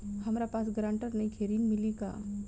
हमरा पास ग्रांटर नईखे ऋण मिली का?